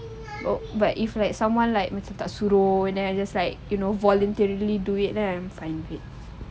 oh but if like someone like macam tak suruh and then I just like you know voluntarily do it lah finally